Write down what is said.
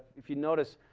if you notice,